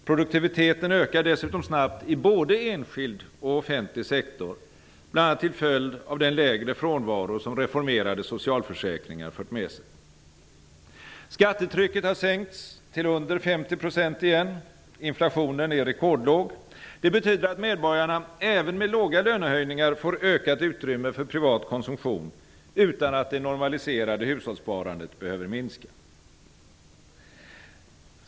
Produktiviteten ökar dessutom snabbt i både enskild och offentlig sektor, bl.a. till följd av den lägre frånvaro som reformerade socialförsäkringar fört med sig. Skattetrycket har sänkts till under 50 procent igen. Inflationen är rekordlåg. Det betyder att medborgarna även med låga lönehöjningar får ökat utrymme för privat konsumtion utan att det normaliserade hushållssparandet behöver minska.